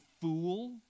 fool